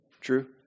True